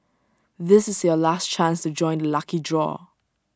this is your last chance to join the lucky draw